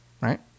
right